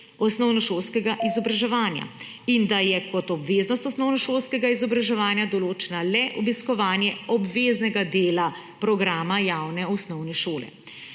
osnovnošolskega izobraževanja in da je kot obveznost osnovnošolskega izobraževanja določeno le obiskovanje obveznega dela programa javne osnovne šole.